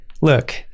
look